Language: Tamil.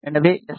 எனவே எஸ்